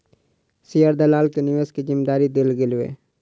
share दलाल के निवेश के जिम्मेदारी देल गेलै